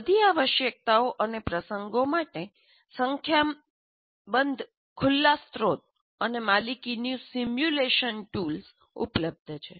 બધી આવશ્યકતાઓ અને પ્રસંગો માટે સંખ્યાબંધ ખુલ્લા સ્રોત અને માલિકીનું સિમ્યુલેશન ટૂલ્સ ઉપલબ્ધ છે